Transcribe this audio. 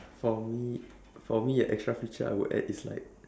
for me for me uh the extra feature I will add is like